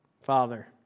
Father